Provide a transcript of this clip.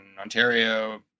Ontario